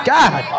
God